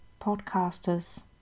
podcasters